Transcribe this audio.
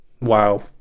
Wow